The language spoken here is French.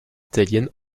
italienne